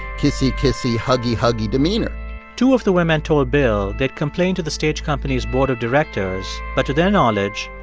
kissy-kissy, huggy-huggy demeanor two of the women told bill they'd complained to the stage company's board of directors, but to their knowledge,